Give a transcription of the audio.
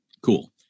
Cool